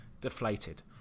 deflated